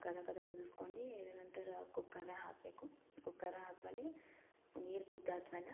ಕದ ಕದ ಕುದುಸ್ಕೊಂಡು ನಂತರ ಕುಕ್ಕರ್ನಾಗೆ ಹಾಕ್ಬೇಕು ಕುಕ್ಕರ ಹಾಕ್ಮೇಲೆ ನೀರು ಕುದ್ದಾದ್ಮೇಲೆ